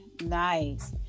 nice